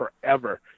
forever